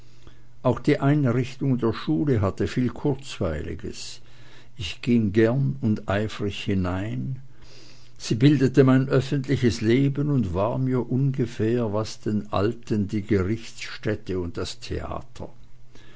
auch die einrichtung der schule hatte viel kurzweiliges ich ging gern und eifrig hinein sie bildete mein öffentliches leben und war mir ungefähr was den alten die gerichtsstätte und das theater